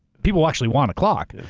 people actually want a clock,